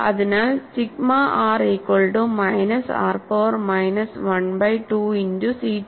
അതിനാൽ sigma r equal to minus r power minus 1 by 2 into c21